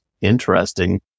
interesting